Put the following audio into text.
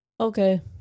Okay